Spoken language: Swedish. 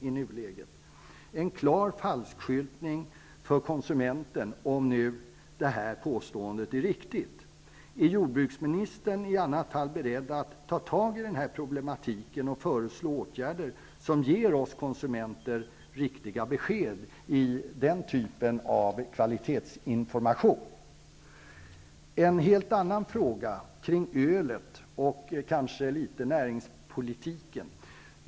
Det är en klar falskskyltning för konsumenten, om nu detta påstående är riktigt. Är jordbruksministern beredd att i så fall ta tag i denna problematik och föreslå åtgärder så att vi konsumenter kan få riktiga besked i den typen av kvalitetsinformation? Så har jag en fråga kring ölet och näringspolitiken.